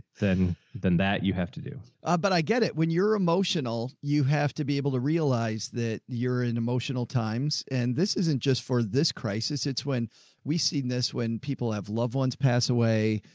than than that you have to do, joe ah but i get it. when you're emotional, you have to be able to realize that you're in emotional times, and this isn't just for this crisis. it's when we seen this. when people have loved ones pass away.